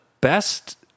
best